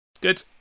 Good